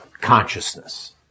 consciousness